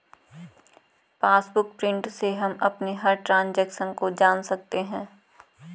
passbook print से हम अपनी हर ट्रांजेक्शन को जान सकते है